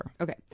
Okay